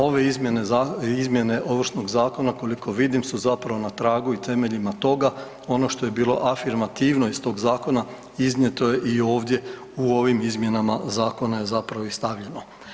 Ove izmjene Ovršnog zakona, koliko vidim, su zapravo na tragu i temeljima toga, ono što je bilo afirmativno iz tog zakona iznijeto je i ovdje u ovim izmjenama zakona je zapravo i stavljeno.